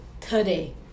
today